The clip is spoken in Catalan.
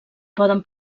poden